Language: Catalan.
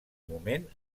moment